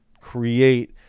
create